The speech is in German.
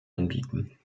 anbieten